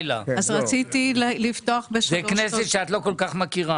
זאת כנסת שאת לא כל כך מכירה.